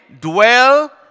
dwell